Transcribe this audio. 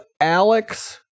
Alex